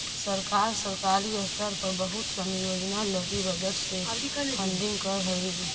सरकार सरकारी स्तर पर बहुत सनी योजना लगी बजट से फंडिंग करऽ हई